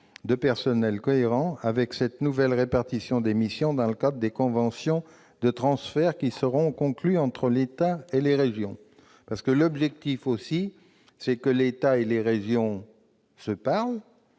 de personnel cohérent avec cette nouvelle répartition des missions, dans le cadre des conventions de transfert qui seront conclues entre l'État et les régions. L'objectif, c'est que l'État et les régions se parlent.